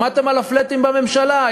שמעתם על ה"פלאטים" בממשלה?